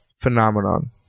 Phenomenon